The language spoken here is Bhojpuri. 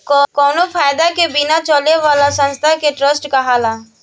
कावनो फायदा के बिना चले वाला संस्था के ट्रस्ट कहाला